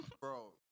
bro